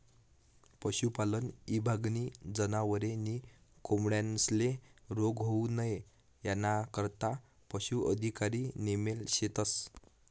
पशुपालन ईभागनी जनावरे नी कोंबड्यांस्ले रोग होऊ नई यानाकरता पशू अधिकारी नेमेल शेतस